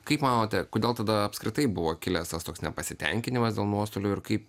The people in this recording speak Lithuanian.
kaip manote kodėl tada apskritai buvo kilęs tas toks nepasitenkinimas dėl nuostolių ir kaip